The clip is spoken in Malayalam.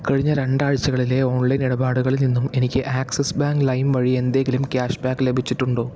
കഴിഞ്ഞ രണ്ടാഴ്ച്ചകളിലെ ഓൺലൈൻ ഇടപാടുകളിൽ നിന്നും എനിക്ക് ആക്സിസ് ബാങ്ക് ലൈം വഴി എന്തെങ്കിലും ക്യാഷ് ബാക്ക് ലഭിച്ചിട്ടുണ്ടോ